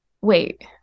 wait